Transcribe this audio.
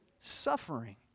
suffering